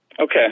Okay